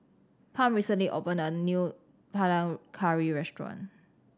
Pam recently opened a new Panang Curry restaurant